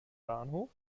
bahnhof